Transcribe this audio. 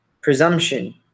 presumption